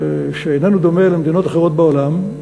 שאינה דומה למדינות אחרות בעולם,